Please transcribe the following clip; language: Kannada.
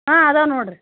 ಹಾಂ ಅದಾವೆ ನೋಡಿರಿ